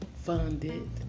Funded